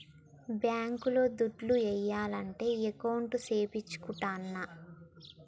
bank లో దుడ్లు ఏయాలంటే అకౌంట్ సేపిచ్చుకుంటాన్న